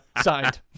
Signed